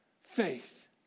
faith